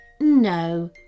No